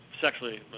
sexually